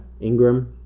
Ingram